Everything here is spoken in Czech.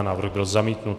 Návrh byl zamítnut.